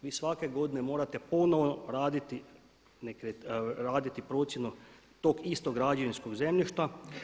Vi svake godine morate ponovo raditi procjenu tog istog građevinskog zemljišta.